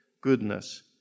goodness